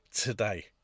today